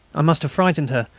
i must have frightened her,